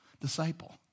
disciple